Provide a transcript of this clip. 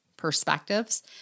Perspectives